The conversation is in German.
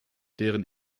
deren